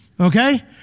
okay